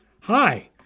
hi